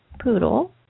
poodle